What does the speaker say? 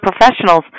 professionals